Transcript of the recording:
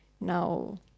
now